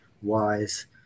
wise